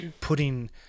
putting